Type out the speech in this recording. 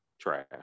trash